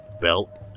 belt